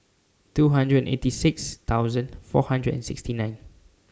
two hundred and eighty six thousand four hundred and sixty nine